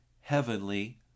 heavenly